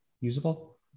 usable